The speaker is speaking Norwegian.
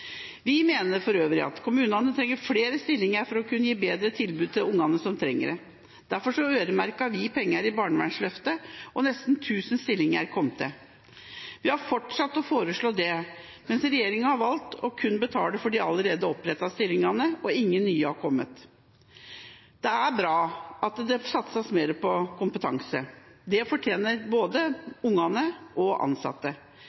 Vi mener for øvrig at kommunene trenger flere stillinger for å kunne gi enda bedre tilbud til de ungene som trenger det. Derfor øremerket vi penger i barnevernsløftet, og nesten 1 000 stillinger kom til. Vi har fortsatt å foreslå dette, mens regjeringa har valgt kun å betale for de allerede opprettede stillingene, og ingen nye har kommet. Det er bra at det satses mer på kompetanse. Det fortjener både ungene og de ansatte.